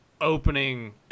opening